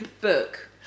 book